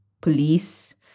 police